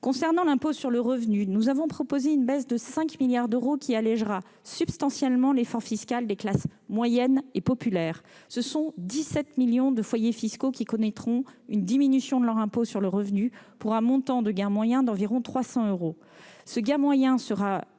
Concernant l'impôt sur le revenu, nous avons proposé une baisse de 5 milliards d'euros, qui allégera substantiellement l'effort fiscal des classes moyennes et populaires. Ce sont ainsi 17 millions de foyers fiscaux qui connaîtront une diminution de leur impôt sur le revenu, pour un gain moyen d'environ 300 euros. Le gain sera